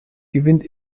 gewinnt